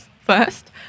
first